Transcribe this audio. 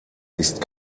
ist